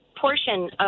portion